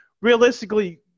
realistically